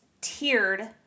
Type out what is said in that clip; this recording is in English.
tiered